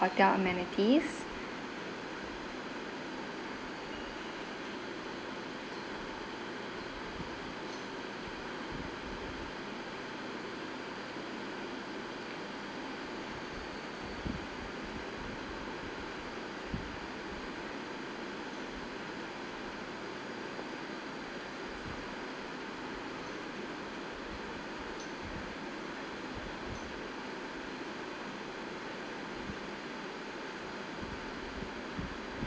hotel amenities